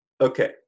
okay